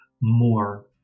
more